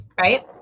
Right